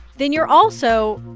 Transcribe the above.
then you're also,